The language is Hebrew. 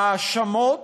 ההאשמות